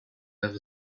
have